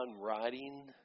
writing